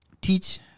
teach